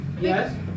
Yes